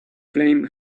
flame